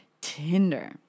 Tinder